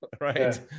right